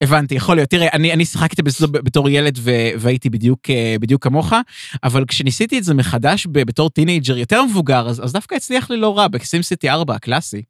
הבנתי, יכול להיות. תראה, אני שחקתי בזה בתור ילד, והייתי בדיוק כמוך, אבל כשניסיתי את זה מחדש בתור טינאייג'ר יותר מבוגר, אז דווקא הצליח לי לא רע, בsims city ארבע, קלאסי.